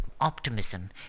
optimism